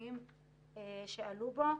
מרכזיים שעלו בו.